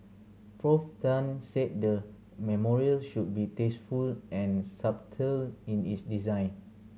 Prof Tan said the memorial should be tasteful and subtle in its design